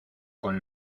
con